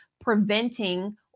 preventing